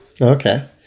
Okay